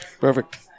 Perfect